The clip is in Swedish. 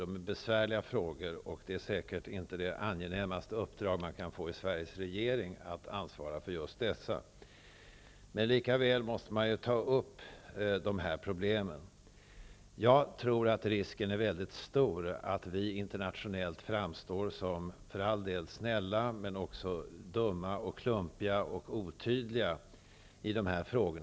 De är besvärliga, och det är säkert inte det angenämaste uppdraget man kan få i Sveriges regering att ansvara för just de frågorna. Men likväl måste man ta upp dessa problem. Jag tror att risken är stor att vi internationellt framstår som för all del snälla men också dumma och klumpiga, och otydliga i dessa frågor.